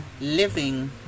living